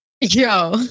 Yo